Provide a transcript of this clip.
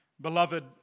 Beloved